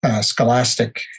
scholastic